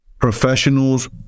Professionals